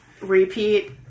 repeat